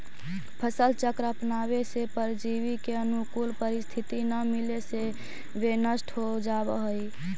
फसल चक्र अपनावे से परजीवी के अनुकूल परिस्थिति न मिले से वे नष्ट हो जाऽ हइ